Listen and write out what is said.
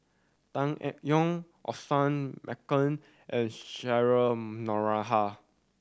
Tan Eng Yoon Osman Merican and Cheryl Noronha